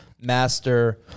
master